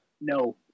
No